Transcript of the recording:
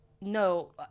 no